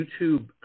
YouTube